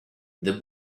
the